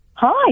hi